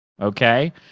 okay